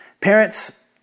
Parents